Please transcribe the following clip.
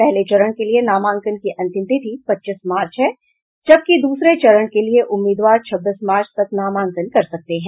पहले चरण के लिए नामांकन की अंतिम तिथि पच्चीस मार्च है जबकि दूसरे चरण के लिए उम्मीदवार छब्बीस मार्च तक नामांकन कर सकते हैं